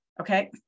Okay